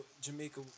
Jamaica